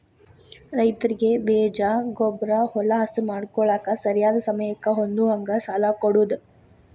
ರೈತರಿಗೆ ಬೇಜ, ಗೊಬ್ಬ್ರಾ, ಹೊಲಾ ಹಸನ ಮಾಡ್ಕೋಳಾಕ ಸರಿಯಾದ ಸಮಯಕ್ಕ ಹೊಂದುಹಂಗ ಸಾಲಾ ಕೊಡುದ